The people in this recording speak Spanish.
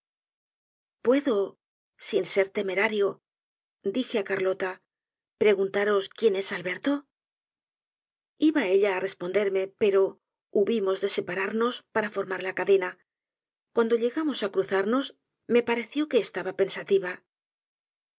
puedo sin ser temerario dije á carlota preguntaros quién es alberto iba ella á responderme pero hubimos de separarnos para formar la cadena cuando llegamos á cruzarnos me pareció que estaba pensativa